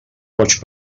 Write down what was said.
boig